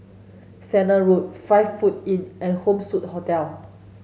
Sennett Road Five Foot Inn and Home Suite Hotel